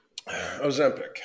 Ozempic